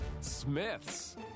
Smith's